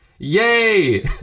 yay